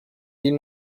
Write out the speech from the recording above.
die